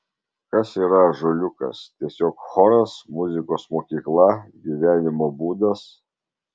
kas yra ąžuoliukas tiesiog choras muzikos mokykla gyvenimo būdas